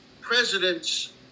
presidents